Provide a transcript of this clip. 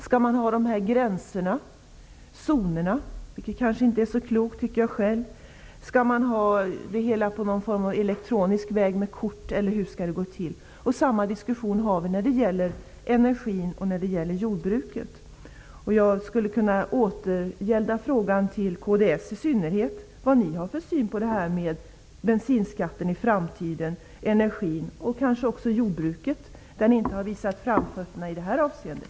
Skall man ha gränser, zoner? Det tycker jag själv kanske inte är så klokt. Skall det hela ordnas på elektronisk väg, t.ex. med kort, eller hur skall det gå till? Samma diskussion för vi när det gäller energin och när det gäller jordbruket. Jag skulle kunna returnera frågan till kds: Vad har ni för syn på i synnerhet bensinskatten, energin och kanske också jordbruket i framtiden? På jordbrukets område har ni ju inte precis visat framfötterna i det här avseendet.